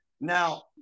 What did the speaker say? Now